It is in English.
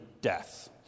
death